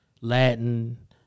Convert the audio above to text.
Latin